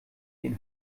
den